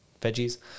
veggies